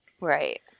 Right